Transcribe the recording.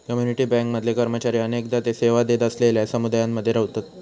community bank मधले कर्मचारी अनेकदा ते सेवा देत असलेलल्यो समुदायांमध्ये रव्हतत